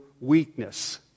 weakness